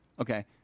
Okay